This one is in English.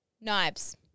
Knives